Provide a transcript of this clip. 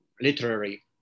literary